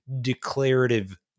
declarative